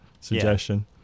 suggestion